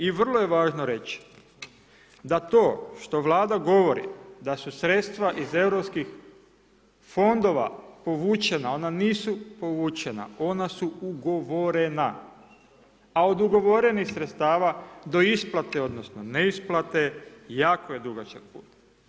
I vrlo je važno reći, da to što Vlada govori, da su sredstva iz europskih fondova povučena, ona nisu povučena, ona su ugovorena, a od ugovorenih sredstava do isplate odnosno neisplate, jako je dugačak put.